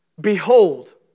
Behold